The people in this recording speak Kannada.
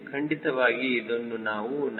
ಖಂಡಿತವಾಗಿ ಇದನ್ನು ನಾವು 9